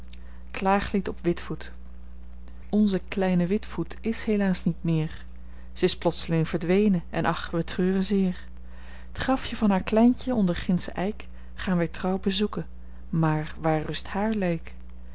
klaaglied op witvoet onze kleine witvoet is helaas niet meer z's plotseling verdwenen en ach wij treuren zeer t grafje van haar kleintje onder gindschen eik gaan wij trouw bezoeken maar waar rust haar